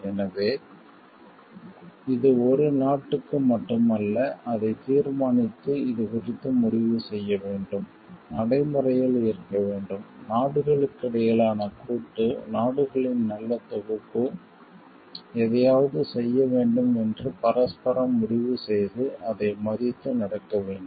எனவே இது ஒரு நாட்டுக்கு மட்டும் அல்ல அதைத் தீர்மானித்து இது குறித்து முடிவு செய்ய வேண்டும் நடைமுறையில் இருக்க வேண்டும் நாடுகளுக்கிடையிலான கூட்டு நாடுகளின் நல்ல தொகுப்பு எதையாவது செய்ய வேண்டும் என்று பரஸ்பரம் முடிவு செய்து அதை மதித்து நடக்க வேண்டும்